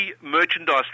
merchandise